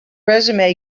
resume